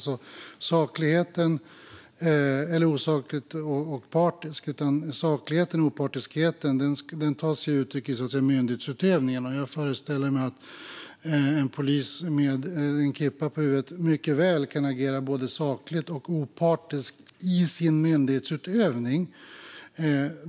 Sakligheten och opartiskheten tar sig uttryck i myndighetsutövningen, och jag föreställer mig att en polis med en kippa på huvudet mycket väl kan agera både sakligt och opartiskt i sin myndighetsutövning.